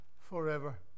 forever